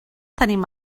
tenim